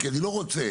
אני לא רוצה